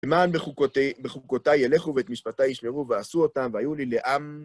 למען בחוקותיי ילכו, ואת משפטיי ישמרו, ועשו אותם, והיו לי לעם.